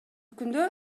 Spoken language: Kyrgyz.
күндө